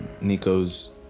Nico's